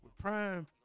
Prime